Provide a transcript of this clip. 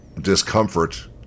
discomfort